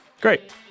Great